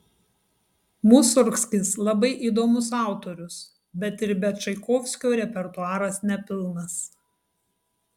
musorgskis labai įdomus autorius bet ir be čaikovskio repertuaras nepilnas